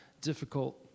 difficult